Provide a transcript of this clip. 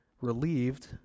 relieved